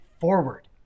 forward